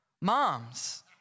Moms